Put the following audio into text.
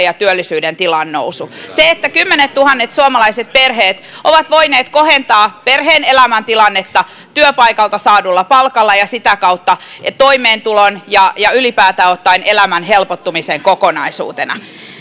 ja työllisyyden tilan nousu se että kymmenettuhannet suomalaiset perheet ovat voineet kohentaa perheen elämäntilannetta työpaikalta saadulla palkalla ja sitä kautta toimeentulon ja ja ylipäätään ottaen elämän helpottumisen kokonaisuutena